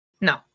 No